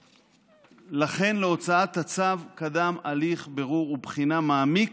ולכן להוצאת הצו קדם הליך בירור ובחינה מעמיק,